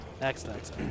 Excellent